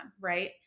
right